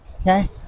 Okay